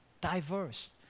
diverse